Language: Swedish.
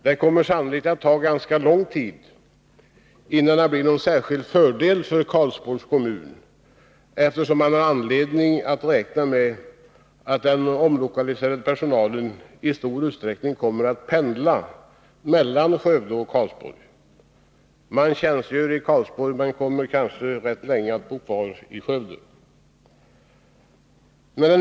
Det kommer sannolikt att ta ganska lång tid innan omflyttningen blir till någon särskild fördel för Karlsborgs kommun, eftersom man har anledning att räkna med att den omlokaliserade personalen i stor utsträckning kommer att pendla mellan Skövde och Karlsborg. Man tjänstgör i Karlsborg, men kommer kanske ganska länge att bo kvar i Skövde.